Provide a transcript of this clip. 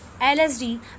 lsd